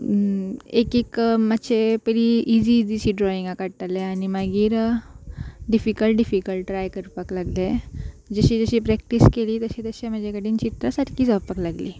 एक एक मात्शें पयलीं इजी इजीशीं ड्रॉइंगां काडटालें आनी मागीर डिफिकल्ट डिफिकल्ट ट्राय करपाक लागलें जशी जशी प्रॅक्टीस केली तशें तशें म्हजे कडेन चित्रां सारकीं जावपाक लागलीं